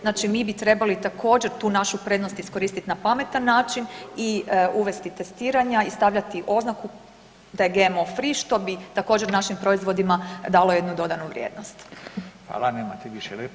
Znači, mi bi trebali također tu našu prednost iskoristit na pametan način i uvesti testiranja i stavljati oznaku da je GMO FREE, što bi također našim proizvodima dalo jednu dodanu vrijednost.